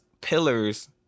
pillars